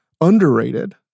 underrated